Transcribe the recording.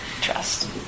trust